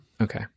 Okay